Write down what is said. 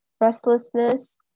restlessness